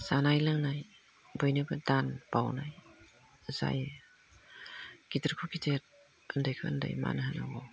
जानाय लोंनाय बयनिबो दान बाउनाय जायो गिदिरखौ गिदिर उन्दैखौ उन्दै मान होनांगौ